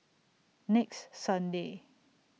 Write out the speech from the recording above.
next Sunday